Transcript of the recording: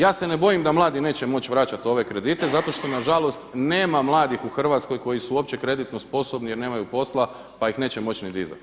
Ja se ne bojim da mladi neće moć vraćat ove kredite zato što nažalost nema mladih ljudi u Hrvatskoj koji su uopće kreditno sposobni jer nemaju posla pa ih neće moći ni dizat.